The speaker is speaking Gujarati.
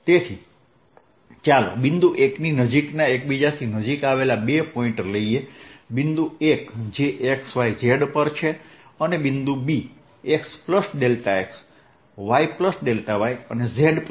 તેથી ચાલો બિંદુ 1 ની નજીકના એકબીજાથી નજીક આવેલા બે પોઇન્ટ લઈએ બિંદુ 1 જે x y z પર છે અને બિંદુ 2 x x y y zz પર છે